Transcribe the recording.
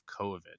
COVID